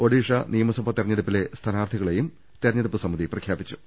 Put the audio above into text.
ഒഡീഷ നിയമസഭാ തെര ഞ്ഞെടുപ്പിലെ സ്ഥാനാർത്ഥികളേയും തെരഞ്ഞെടുപ്പ് സമിതി പ്രഖ്യാ പിച്ചു